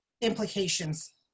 implications